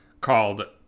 called